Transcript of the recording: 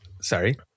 sorry